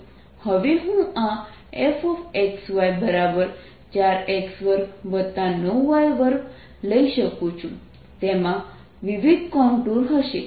હવે હું આ fxy4x29y2 લઇ શકું છું તેમાં વિવિધ કોન્ટૂર હશે